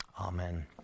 Amen